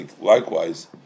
likewise